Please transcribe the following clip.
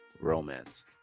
romance